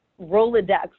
Rolodex